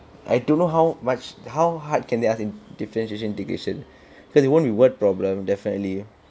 I don't know how much how hard can they ask differentiation integration because they won't want word problem definitely